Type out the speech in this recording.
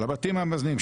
של הבתים המאזנים,